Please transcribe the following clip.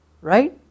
Right